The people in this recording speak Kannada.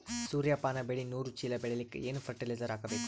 ಸೂರ್ಯಪಾನ ಬೆಳಿ ನೂರು ಚೀಳ ಬೆಳೆಲಿಕ ಏನ ಫರಟಿಲೈಜರ ಹಾಕಬೇಕು?